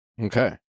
Okay